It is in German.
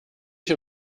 ich